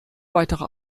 weitere